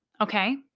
Okay